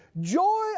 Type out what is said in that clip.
Joy